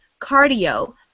cardio